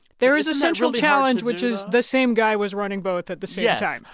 there is a central challenge, which is the same guy was running both at the same time